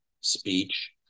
speech